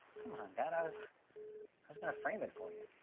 come on, dad. i was i was gonna frame it for ya.